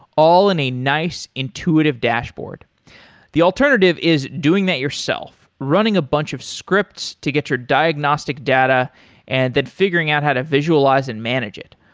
all in a nice intuitive dashboard the alternative is doing that yourself running a bunch of scripts to get your diagnostic data and then figuring out how to visualize and manage it.